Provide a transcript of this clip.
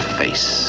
face